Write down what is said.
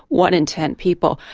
one in ten people.